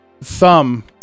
thumb